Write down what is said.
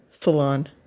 salon